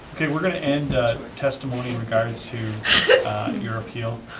okay, we're gonna end testimony in regards to your appeal.